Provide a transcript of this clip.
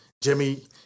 Jimmy